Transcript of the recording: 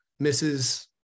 mrs